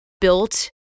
built